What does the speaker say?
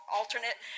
alternate